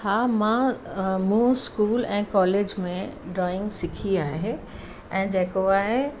हा मां मूं स्कूल ऐं कॉलेज में ड्रॉइंग सिखी आहे ऐं जेको आहे